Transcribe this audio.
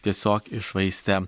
tiesiog iššvaistę